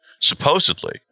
supposedly